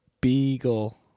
Beagle